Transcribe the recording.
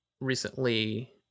recently